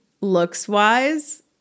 looks-wise